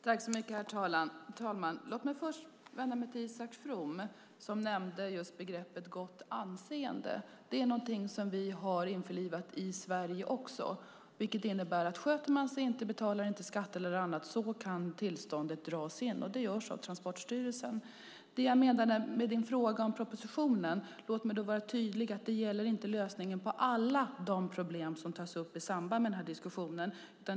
Herr talman! Låt mig först vända mig till Isak From, som nämnde begreppet gott anseende. Det är någonting som vi har införlivat också i Sverige. Det innebär att om man inte sköter sig, låter bli att betala skatt och annat, kan tillståndet dras in. Det görs av Transportstyrelsen. Du ställde en fråga om propositionen. Låt mig vara tydlig med att det inte gäller lösningen på alla de problem som tas upp i samband med denna diskussion.